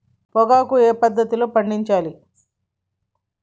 పొగాకు ఏ పద్ధతిలో పండించాలి?